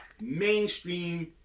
mainstream